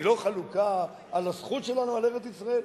אומרת: אני לא חלוקה על הזכות שלנו על ארץ-ישראל.